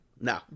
no